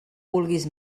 vulguis